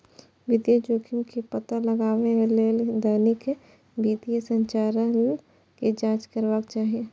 वित्तीय जोखिम के पता लगबै लेल दैनिक वित्तीय संचालन के जांच करबाक चाही